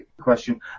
question